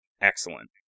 excellent